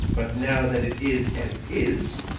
but now that it is as it is,